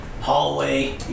hallway